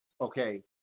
okay